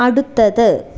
അടുത്തത്